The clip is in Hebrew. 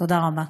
תודה רבה.